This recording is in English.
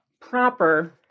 proper